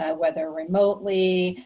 ah whether remotely,